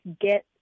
get